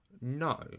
No